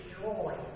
joy